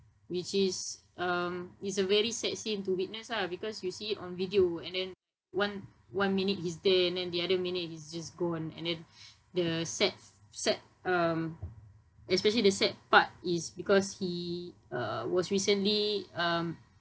which is um is a very sad scene to witness ah because you see it on video and then one one minute he's there and then the other minute he's just gone and th~ the sad sad um especially the sad part is because he uh was recently um